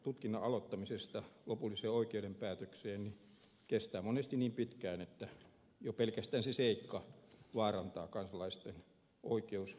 tutkinnan aloittamisesta lopulliseen oikeuden päätökseen kestää monesti niin pitkään että jo pelkästään se seikka vaarantaa kansalaisten oikeusturvaa ja perusoikeuksia